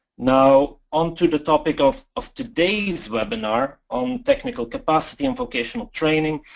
now on to the topic of of today's webinar on technical capacity and vocational training.